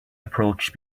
approach